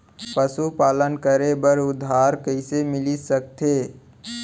पशुपालन करे बर उधार कइसे मिलिस सकथे?